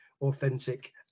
authentic